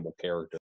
character